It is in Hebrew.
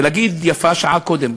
ולהגיד: יפה שעה אחת קודם.